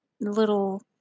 little